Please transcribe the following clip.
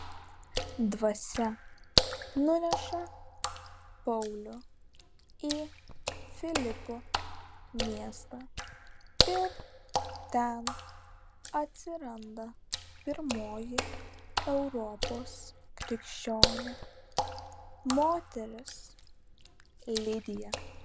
dvasia nuneša paulių į filipų miestą ir ten atsiranda pirmoji europos krikščionė moteris lidija